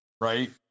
Right